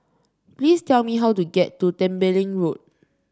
please tell me how to get to Tembeling Road